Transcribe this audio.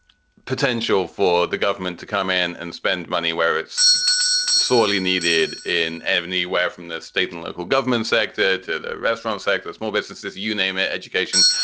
potential for the government to come in and spend money where it's sorely needed in any way from the state and local government sector to the restaurant sector, the small businesses, you name it, education.